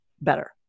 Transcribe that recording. better